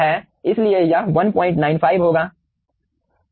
इसलिए यह 195 होगा